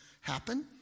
happen